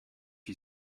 you